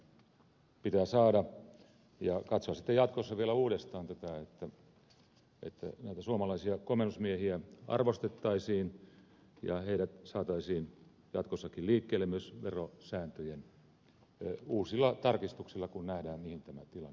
kyllä se nyt vähintään pitää saada ja katsoa sitten jatkossa vielä uudestaan että näitä suomalaisia komennusmiehiä arvostettaisiin ja heidät saataisiin jatkossakin liikkeelle myös verosääntöjen uusilla tarkistuksilla kun nähdään mihin tämä tilanne vie